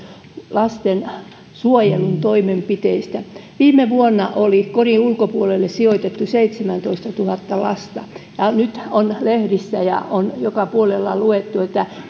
lastensuojelun toimenpiteistä viime vuonna oli kodin ulkopuolelle sijoitettuna seitsemäntoistatuhatta lasta ja nyt on lehdistä ja joka puolelta luettu